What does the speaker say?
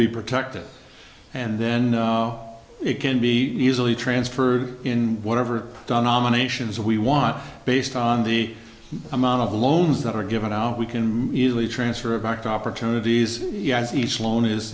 be protected and then it can be easily transferred in whatever nominations we want based on the amount of loans that are given out we can easily transfer a backed opportunities yazzie sloan is